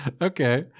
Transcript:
okay